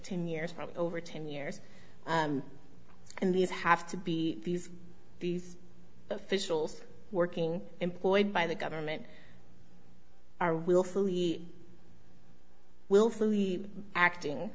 ten years from over ten years and these have to be these these officials working employed by the government are willfully willfully acting